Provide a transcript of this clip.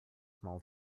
small